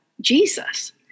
Jesus